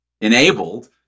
enabled